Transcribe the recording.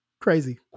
Crazy